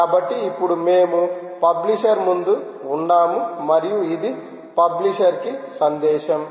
కాబట్టి ఇప్పుడు మేము పబ్లిషర్ముందు ఉన్నాము మరియు ఇది పబ్లిషర్కి సందేశం